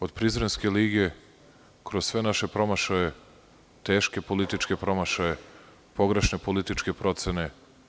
Od Prizrenske lige, kroz sve naše promašaje, teške političke promašaje, pogrešne političke procene.